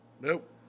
Nope